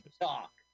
talk